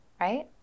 right